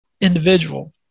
individual